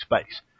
space